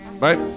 Bye